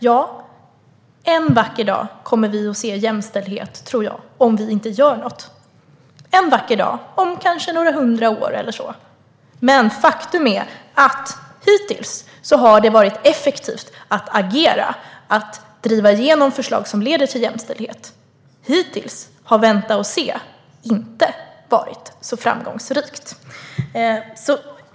Ja, en vacker dag kommer vi att se jämställdhet även om vi inte gör något - en vacker dag om kanske några hundra år eller så. Men faktum är att hittills har det varit effektivt att agera och driva igenom förslag som leder till jämställdhet. Att vänta och se har hittills inte varit särskilt framgångsrikt.